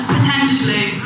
Potentially